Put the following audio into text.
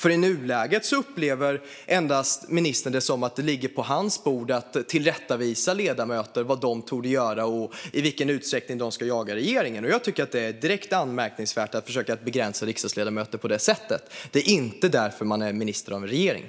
I nuläget verkar ministern uppleva det som att det på hans bord endast ligger att tillrättavisa ledamöter om vad de borde göra och i vilken utsträckning de ska jaga regeringen. Jag tycker att det är direkt anmärkningsvärt att försöka begränsa riksdagsledamöter på detta sätt. Det är inte därför man är minister i en regering.